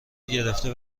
گرفته